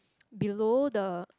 below the